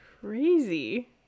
crazy